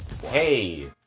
Hey